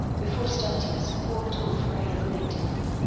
before starting a support tour for a little ain't enough,